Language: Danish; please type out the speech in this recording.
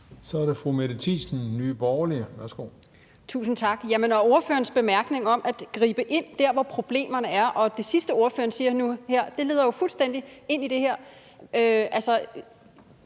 Kl. 11:24 Mette Thiesen (NB): Tusind tak. Jamen ordførerens bemærkning om at gribe ind der, hvor problemerne er, og det sidste, ordføreren siger nu her, leder jo fuldstændig ind i det her.